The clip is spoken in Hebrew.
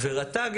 יכול.